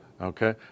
Okay